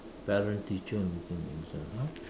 parent teacher meeting is a !huh!